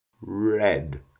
red